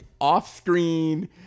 off-screen